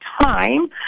time